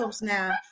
now